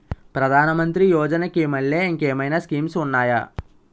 ప్రధాన మంత్రి యోజన కి మల్లె ఇంకేమైనా స్కీమ్స్ ఉన్నాయా?